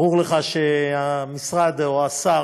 ברור לך שהמשרד או השר